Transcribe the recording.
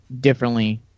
differently